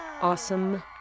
Awesome